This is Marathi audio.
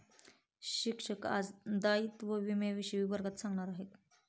शिक्षक आज दायित्व विम्याविषयी वर्गात सांगणार आहेत